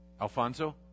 Alfonso